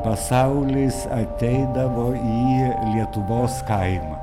pasaulis ateidavo į lietuvos kaimą